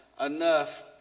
enough